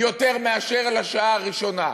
יותר מאשר לשעה הראשונה.